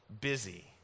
busy